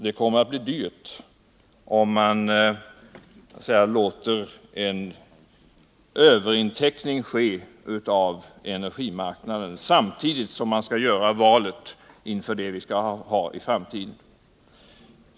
Det kommer att bli dyrt om man låter en överinteckning av energimarknaden ske samtidigt som man skall göra valet av energipolitik för framtiden.